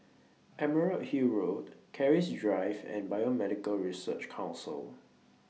Emerald Hill Road Keris Drive and Biomedical Research Council